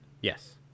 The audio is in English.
Yes